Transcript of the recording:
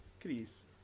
Chris